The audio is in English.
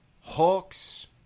Hawks